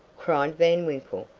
cried van winkle.